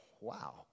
Wow